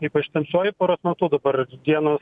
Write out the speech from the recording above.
ypač tamsiuoju paros metu dabar dienos